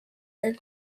and